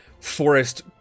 forest